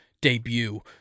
debut